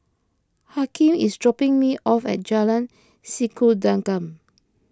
Hakim is dropping me off at Jalan Sikudangan